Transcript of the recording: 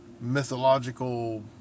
mythological